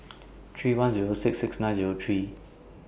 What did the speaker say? three one Zero six six nine Zero three